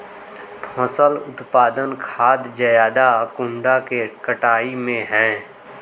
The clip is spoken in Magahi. फसल उत्पादन खाद ज्यादा कुंडा के कटाई में है?